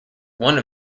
one